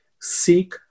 seek